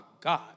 God